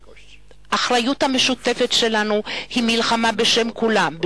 האחריות המשותפת שלנו היא מלחמה בשם כולם,